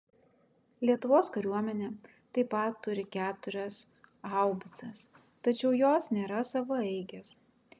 lietuvos kariuomenė taip pat turi keturias haubicas tačiau jos nėra savaeigės